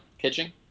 pitching